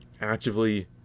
Actively